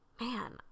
Man